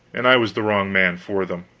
and i was the wrong man for them.